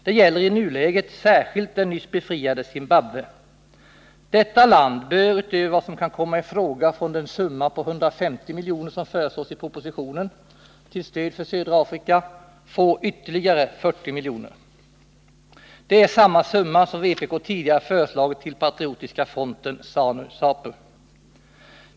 Det gäller i nuläget särskilt det nyss befriade Zimbabwe. Detta land bör utöver vad som kan komma i fråga från den summa på 150 miljoner som föreslås i propositionen till stöd för södra Afrika få ytterligare 40 miljoner. Det är samma summa som vpk tidigare föreslagit till Patriotiska fronten — ZANU och ZAPU.